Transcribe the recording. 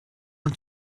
man